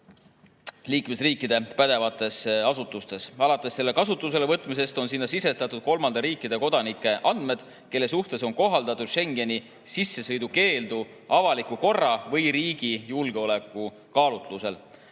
liikmesriikide pädevates asutustes. Alates selle kasutusele võtmisest on sinna sisestatud kolmandate riikide kodanike andmed, kelle suhtes on kohaldatud Schengeni sissesõidukeeldu avaliku korra või riigi julgeoleku kaalutlusel. Edaspidi